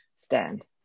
stand